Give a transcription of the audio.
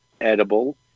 edible